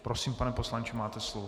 Prosím, pane poslanče, máte slovo.